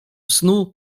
snu